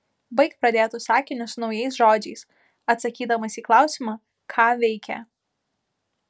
baik pradėtus sakinius naujais žodžiais atsakydamas į klausimą ką veikė